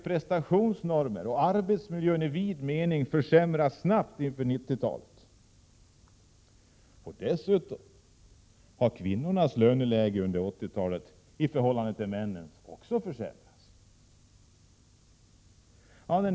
Prestationsnormerna och arbetsmiljön i vid mening försämras också snabbt inför 90-talet. Dessutom har kvinnornas löneläge under 80-talet i förhållande till männens också försämrats.